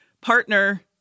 partner